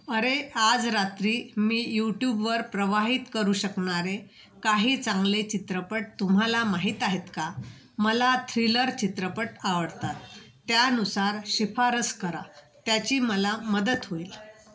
अरे आज रात्री मी यूट्यूबवर प्रवाहित करू शकणारे काही चांगले चित्रपट तुम्हाला माहीत आहेत का मला थ्रिलर चित्रपट आवडतात त्यानुसार शिफारस करा त्याची मला मदत होईल